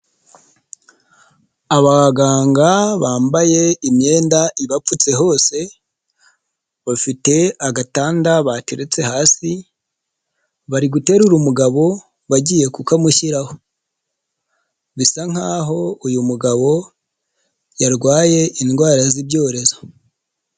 Abaganga bambaye imyenda ibapfutse hose, bafite agatanda bateretse hasi, bari guterura umugabo bagiye kukamushyiraho, bisa nk'aho uyu mugabo yarwaye indwara z'ibyorezo.